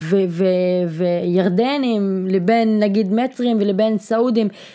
ו ו ו וירדנים לבין נגיד מצרים ולבין סעודים.